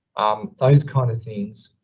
um, those kinds of things,